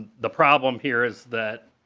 the problem here is that